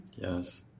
Yes